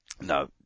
No